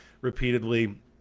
repeatedly